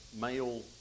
male